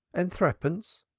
and threepence,